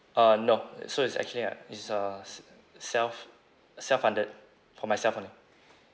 uh no so it's actually a it's a s~ self self-funded for myself only